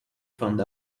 found